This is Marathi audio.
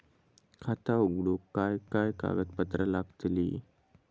खाता उघडूक काय काय कागदपत्रा लागतली?